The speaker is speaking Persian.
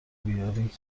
بیاری